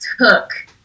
took